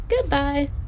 Goodbye